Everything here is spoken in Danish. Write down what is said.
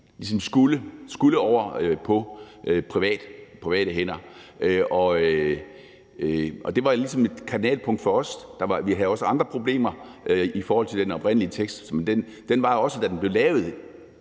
ting skulle over på private hænder, og det var ligesom et kardinalpunkt for os. Vi havde også andre problemer i forhold til den oprindelige tekst, for den var også, da den blev lavet